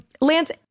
lance